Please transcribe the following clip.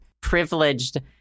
privileged